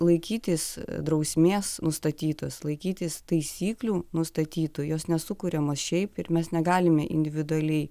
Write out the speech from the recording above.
laikytis drausmės nustatytos laikytis taisyklių nustatytų jos nesukuriamos šiaip ir mes negalime individualiai